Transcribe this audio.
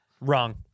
Wrong